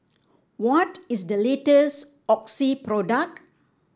what is the latest Oxy product